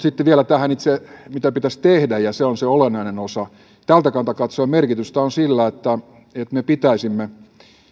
sitten vielä itse tähän mitä pitäisi tehdä ja se on se olennainen osa tältä kannalta katsoen merkitystä on sillä että me pitäisimme